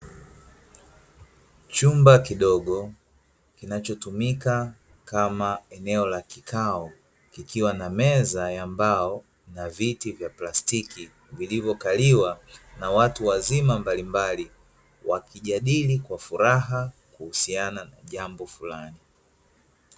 Chumba kidogo kinachotumika kama eneo la kikao, kikiwa na meza ya mbao na viti vya plastiki vilivyokaliwa na watu wazima mbalimbali, wakijadili kwa furaha kuhusiana na jambo fulani.